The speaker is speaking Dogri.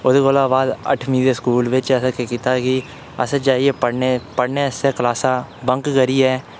ओह्दे कोला बाद अठमीं दे स्कूल बिच असें केह् कीता कि असें जाइयै पढ़ने आसै क्लासां बंक करियै